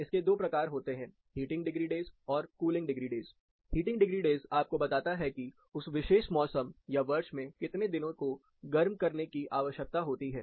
इसके दो प्रकार होते हैं हीटिंग डिग्री डेज और cooling degree days heating degree days आपको बताता है कि उस विशेष मौसम या वर्ष में कितने दिनों को गर्म करने की आवश्यकता होती है